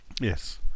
Yes